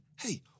Hey